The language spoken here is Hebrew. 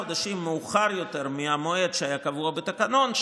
מהמועד שקבוע בתקנון,